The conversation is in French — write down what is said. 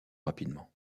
rapidement